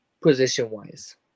position-wise